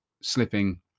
slipping